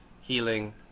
healing